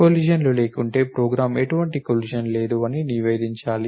కొలిషన్లు లేకుంటే ప్రోగ్రామ్ ఎటువంటి కొలిషన్ లేదు అని నివేదించాలి